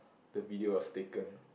the video was taken